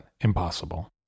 impossible